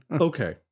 okay